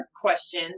question